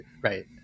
right